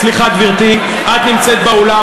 סליחה, גברתי, את נמצאת באולם.